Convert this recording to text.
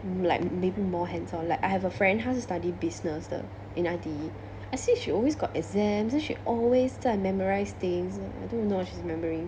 like maybe more hands on like I have a friend 他是 study business 的 in I_T_E I see she always got exams the she always 在 memorise things I don't even know what she's remembering